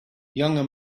younger